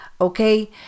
Okay